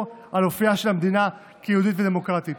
על אופייה של המדינה כיהודית ודמוקרטית.